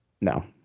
No